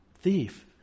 thief